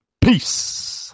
Peace